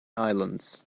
islands